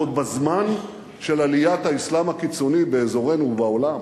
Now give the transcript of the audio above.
ועוד בזמן של עליית האסלאם הקיצוני באזורנו ובעולם,